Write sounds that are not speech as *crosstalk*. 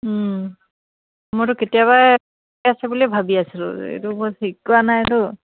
মইতো কেতিয়াবা আছে বুলি ভাবি আছিলোঁ *unintelligible*